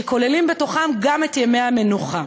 שכוללים בתוכם גם את ימי המנוחה,